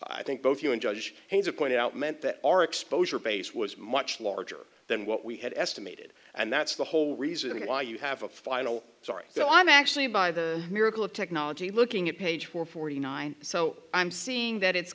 i think both you and judge has a point out meant that our exposure base was much larger than what we had estimated and that's the whole reason why you have a final sorry so i'm actually by the miracle of technology looking at page four forty nine so i'm seeing that it's